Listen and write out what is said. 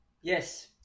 yes